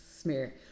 smear